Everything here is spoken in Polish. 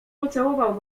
pocałował